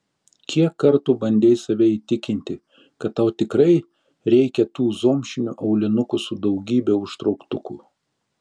kiek kartų bandei save įtikinti kad tau tikrai reikia tų zomšinių aulinukų su daugybe užtrauktukų